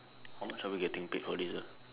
how much are we getting paid for this ah